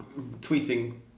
tweeting